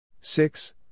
Six